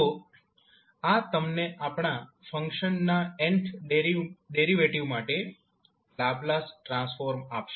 તો આ તમને આપણા ફંક્શનના nth ડેરિવેટિવ માટે લાપ્લાસ ટ્રાન્સફોર્મ આપશે